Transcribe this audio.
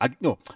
No